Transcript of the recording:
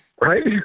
right